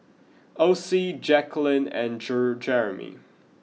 Ossie Jaquelin and Jer Jeramie